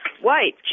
white